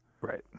Right